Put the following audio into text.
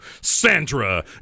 Sandra